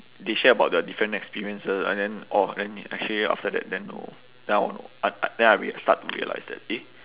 they share about their different experiences and then orh then actually after that then know then I wan~ I I then I rea~ start to realise that eh